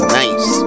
nice